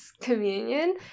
communion